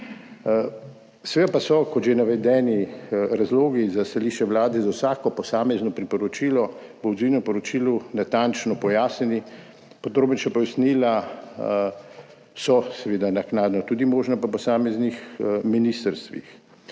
Seveda pa so, kot že navedeno, razlogi za stališče Vlade za vsako posamezno priporočilo po odzivnem poročilu natančno pojasnjeni, podrobnejša pojasnila so seveda naknadno tudi možna po posameznih ministrstvih.